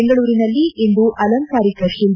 ಬೆಂಗಳೂರಿನಲ್ಲಿಂದು ಅಲಂಕಾರಿಕ ತಿಲ್ಲ